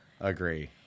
agree